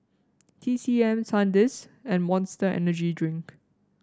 T C M Sandisk and Monster Energy Drink